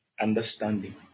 understanding